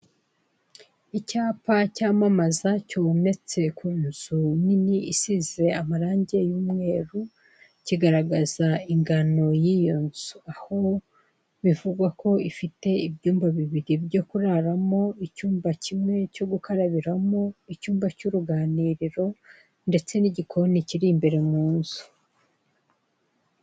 Icyapa cyamamaza, cyometse ku nzu nini isize amarange y'umweru, kigaragaza ingano y'iyo nzu. Aho bivugwa ko ifite ibyumba bibiri byo kuraramo, icyumba kimwe cyo gukarabiramo, icyumba cy'uruganiriro, ndetse n'igikoni kiri imbere mu nzu.